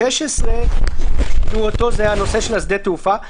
סעיף (16) נוגע לשדה התעופה.